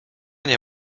nie